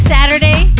Saturday